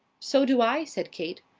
so do i, said kate.